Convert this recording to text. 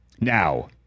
Now